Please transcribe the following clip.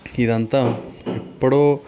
ఇదంతా ఎప్పుడో